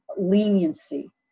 leniency